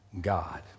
God